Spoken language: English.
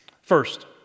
First